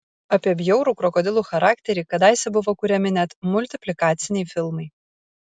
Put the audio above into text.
apie bjaurų krokodilų charakterį kadaise buvo kuriami net multiplikaciniai filmai